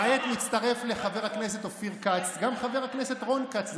כעת מצטרף לחבר הכנסת אופיר כץ גם חבר הכנסת רון כץ,